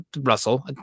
Russell